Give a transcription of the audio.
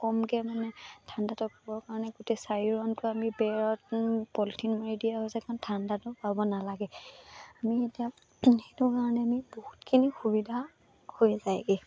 কমকৈ মানে ঠাণ্ডাটো নহ'বৰ কাৰণে গোটেই চাৰিওকাণটো আমি বেৰত পলিথিন মাৰি দিয়া হৈছে কাৰণ ঠাণ্ডাটো পাব নালাগে আমি এতিয়া সেইটো কাৰণে আমি বহুতখিনি সুবিধা হৈ যায়গৈ